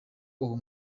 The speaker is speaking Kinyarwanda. uwo